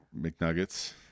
mcnuggets